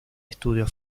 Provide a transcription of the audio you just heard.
estudio